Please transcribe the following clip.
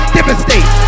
Devastate